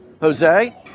Jose